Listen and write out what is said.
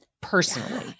personally